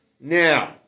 Now